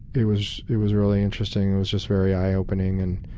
it was it was really interesting. it was just very eye-opening. and